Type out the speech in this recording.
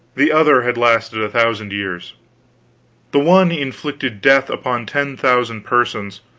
the other had lasted a thousand years the one inflicted death upon ten thousand persons,